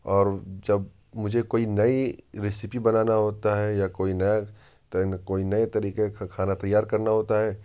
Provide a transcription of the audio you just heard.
اور جب مجھے کوئی نئی ریسیپی بنانا ہوتا ہے یا کوئی نیا کوئی نئے طریقے کا کھانا تیار کرنا ہوتا ہے